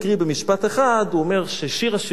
אומר במשפט אחד: הוא אומר ששיר השירים,